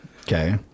okay